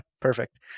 Perfect